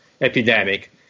epidemic